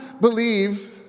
believe